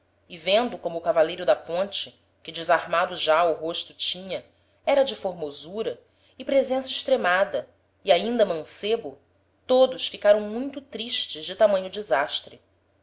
e vendo como o cavaleiro da ponte que desarmado já o rosto tinha era de formosura e presença extremada e ainda mancebo todos ficaram muito tristes de tamanho desastre